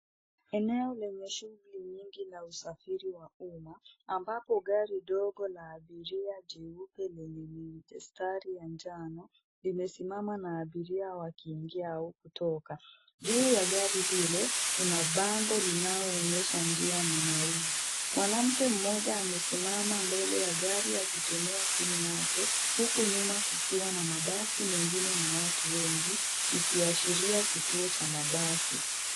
Eneo lenye shughuli nyingi la usafiri wa umma, ambapo gari dogo la abiria jeupe lenye mistari ya njano limesimama na abiria wakiingia au kutoka. Juu ya gari hilo kuna bango linaloonyesha njia na nauli. Mwanamke mmoja amesimama mbele ya gari akitumia simu yake huku nyuma kukiwa na mabasi mengine na watu wengi ikiashiria kituo cha mabasi.